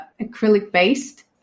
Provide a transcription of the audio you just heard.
acrylic-based